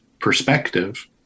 perspective